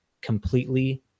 completely